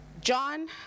John